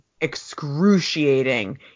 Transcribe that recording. excruciating